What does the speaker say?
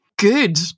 Good